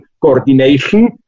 coordination